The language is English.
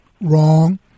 Wrong